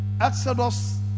Exodus